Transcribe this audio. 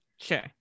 Sure